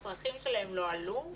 הצרכים שלהם לא עלו,